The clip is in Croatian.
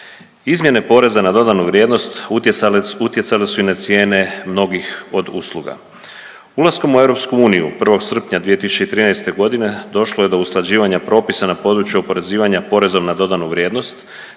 Izmjene poreza na dodanu vrijednost utjecale su i na cijene mnogih od usluga. Ulaskom u EU 1. srpnja 2013. g. došlo je do usklađivanja propisa na području oporezivanja PDV-om te je donesen